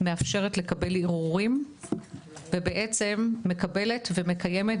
הוועדה מאפשרת לקבל ערעורים ובעצם מקבלת ומקיימת